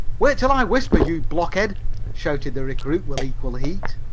wait till i whisper, you blockhead shouted the recruit with equal heat.